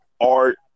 art